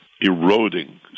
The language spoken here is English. eroding